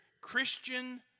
Christian